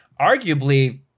arguably